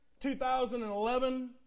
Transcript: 2011